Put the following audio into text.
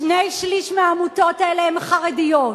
שני-שלישים מהעמותות האלה הן חרדיות.